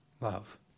Love